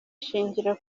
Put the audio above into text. ishingiro